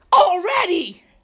Already